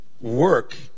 work